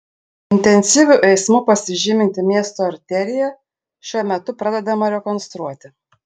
intensyviu eismu pasižyminti miesto arterija šiuo metu pradedama rekonstruoti